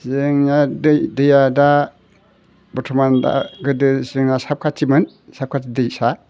जोंनिया दैया दा बर्थमान दा गोदो जोंहा साबखाथिमोन साबखाथि दैसा